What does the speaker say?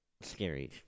Scary